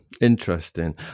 interesting